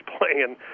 playing